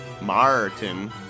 Martin